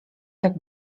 tak